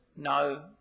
no